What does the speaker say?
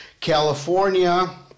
California